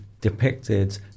depicted